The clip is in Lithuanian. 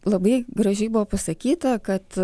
labai gražiai buvo pasakyta kad